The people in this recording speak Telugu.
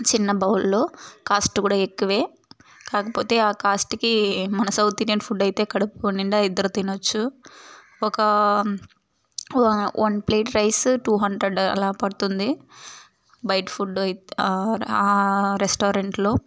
చిన్న బౌల్లో కాస్ట్ కూడా ఎక్కువే కాకపోతే ఆ కాస్ట్కి మన సౌత్ ఇండియన్ ఫుడ్ అయితే కడుపు నిండా ఇద్దరు తినొచ్చు ఒకా వా one plate rice two hundred అలా పడుతుంది బయట ఫుడ్డు ఆ రెస్టారెంట్లో